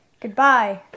Goodbye